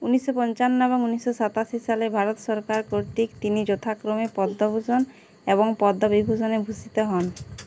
উনিশশো পঞ্চান্ন এবং উনিশশো সাতাশি সালে ভারত সরকার কর্তৃক তিনি যথাক্রমে পদ্মভূষণ এবং পদ্মবিভূষণে ভূষিত হন